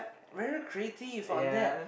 very creative on that